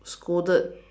scolded